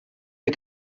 the